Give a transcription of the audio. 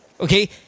Okay